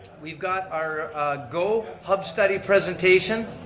we've got our go hub study presentation.